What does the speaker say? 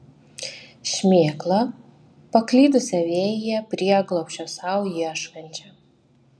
šmėklą paklydusią vėjyje prieglobsčio sau ieškančią